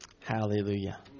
Hallelujah